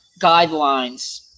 guidelines